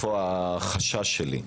היכן החשש שלי,